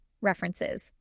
references